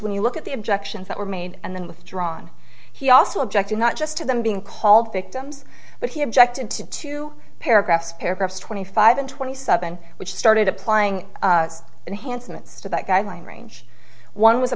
when you look at the objections that were made and then withdrawn he also objected not just to them being called victims but he objected to two paragraphs paragraphs twenty five and twenty seven which started applying and handsomest of that guideline range one was a